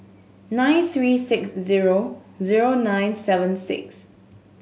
nine three six zero zero nine seven six